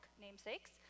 namesakes